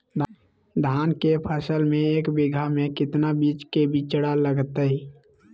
धान के फसल में एक बीघा में कितना बीज के बिचड़ा लगतय?